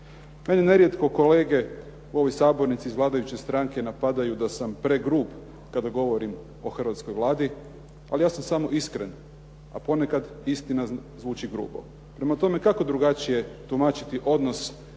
Mene nerijetko kolege u ovoj sabornici iz vladajuće stranke napadaju da sam pregrub kada govorim o hrvatskoj Vladi, ali ja sam samo iskren, a ponekad istina zvuči grubo. Prema tome, kako drugačije tumačiti odnos kroz ovaj